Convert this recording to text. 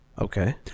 Okay